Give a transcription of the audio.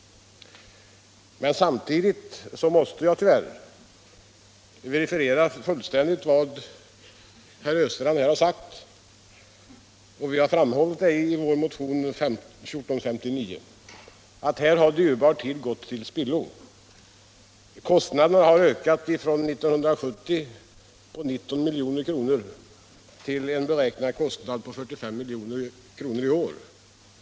Men samtidigt måste jag tyvärr fullständigt verifiera vad herr Östrand här har sagt och vad vi konstaterar i vår motion nr 1459, nämligen att dyrbar tid här har gått till spillo. Kostnaderna har ökat från 19 milj.kr. år 1970 till en beräknad kostnad på 45 milj.kr. i år.